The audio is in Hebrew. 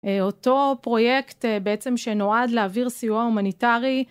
אותו פרויקט בעצם שנועד להעביר סיוע הומניטרי.